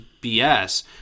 BS